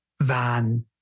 van